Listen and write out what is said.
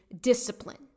discipline